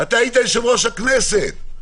--- אתה היית יושב-ראש הכנסת,